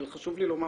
אבל חשוב לי לומר